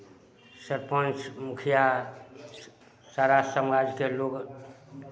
सरपञ्च मुखिया सारा समाजके लोक